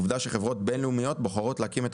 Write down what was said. עובדה שחברות בינלאומיות בוחרות להקים את